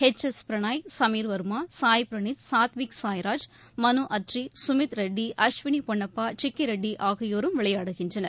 H S Prannoy Sameer Verma Sai Praneeth Satwik Sairaj Manu Attri Sumeeth Reddy Ashwini Ponnappa சிக்கிரெட்டிஆகியோரும் விளயொடுகின்றனர்